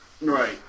Right